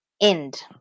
End